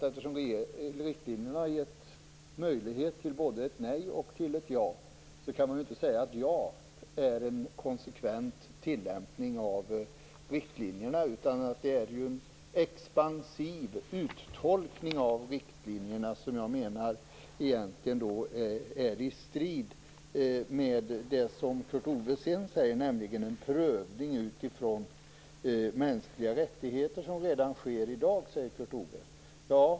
Eftersom riktlinjerna har gett möjlighet till både ett nej och till ett ja, kan man ju inte säga att ett ja är en konsekvent tillämpning av riktlinjerna. Det är ju en expansiv uttolkning av riktlinjerna som egentligen är i strid med det som Kurt Ove sedan talade om, nämligen den prövning utifrån mänskliga rättigheter som redan sker i dag.